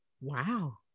Wow